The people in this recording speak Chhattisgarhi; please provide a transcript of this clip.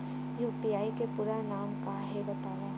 यू.पी.आई के पूरा नाम का हे बतावव?